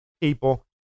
people